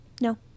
no